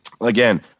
Again